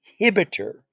inhibitor